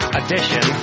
edition